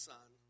Son